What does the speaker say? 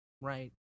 Right